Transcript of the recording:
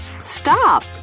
Stop